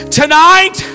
tonight